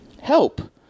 Help